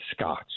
scotch